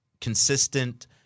consistent